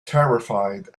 terrified